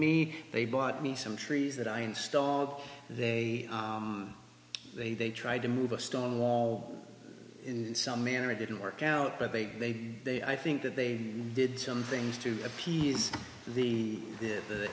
me they bought me some trees that i installed they they they tried to move a stone wall in some manner it didn't work out but they they they i think that they did some things to appease the did the